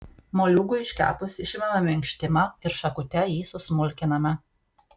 moliūgui iškepus išimame minkštimą ir šakute jį susmulkiname